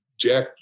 Jack